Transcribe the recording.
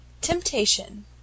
temptation